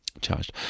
charged